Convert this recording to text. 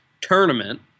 tournament